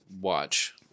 watch